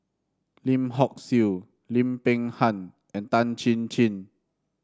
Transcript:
Lim Hock Siew Lim Peng Han and Tan Chin Chin